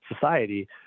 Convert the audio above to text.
society